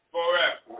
Forever